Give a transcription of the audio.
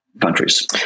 countries